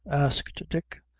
asked dick,